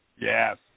Yes